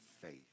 faith